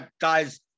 guys